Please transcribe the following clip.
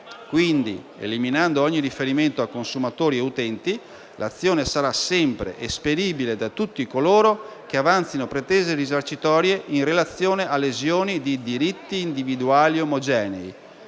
Quindi, eliminando ogni riferimento a consumatori e utenti, l'azione sarà sempre esperibile da tutti coloro che avanzino pretese risarcitorie in relazione a lesione di diritti individuali omogenei.